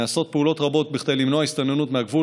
נעשות פעולות רבות כדי למנוע הסתננות מהגבול,